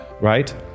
Right